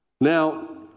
Now